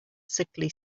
sickly